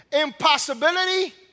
Impossibility